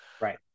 Right